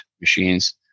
machines